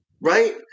right